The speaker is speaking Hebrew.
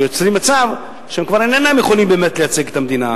ויוצרים מצב שהם כבר אינם יכולים באמת לייצג את המדינה,